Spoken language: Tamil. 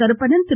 கருப்பணன் திரு